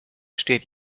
steht